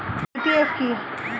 PPF কি?